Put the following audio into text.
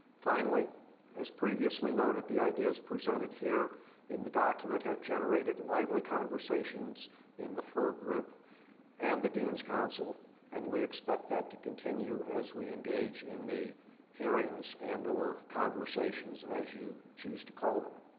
finally as previously noted, the ideas presented here in the document have generated lively conversations in the fir group and the dean's council and we expect that to continue as we engage in the hearings and or conversations as you choose to call them.